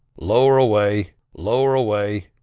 lower away, lower away!